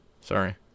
sorry